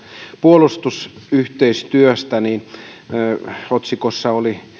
puolustusyhteistyöstä ja otsikossa oli